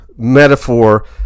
metaphor